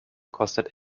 kostet